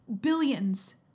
billions